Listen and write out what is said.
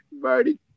Birdie